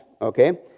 Okay